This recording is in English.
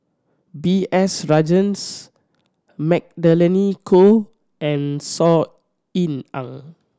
B S Rajhans Magdalene Khoo and Saw Ean Ang